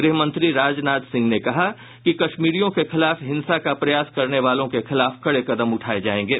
गृह मंत्री राजनाथ सिंह ने कहा कि कश्मीरियों के खिलाफ हिंसा का प्रयास करने वालों के खिलाफ कड़े कदम उठाये जायेंगे